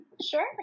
Sure